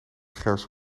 gers